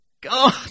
God